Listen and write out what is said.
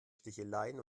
sticheleien